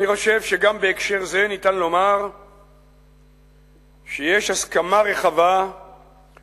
אני חושב שגם בהקשר זה אפשר לומר שיש הסכמה רחבה בציבור,